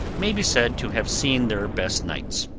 may be said to have seen their best nights.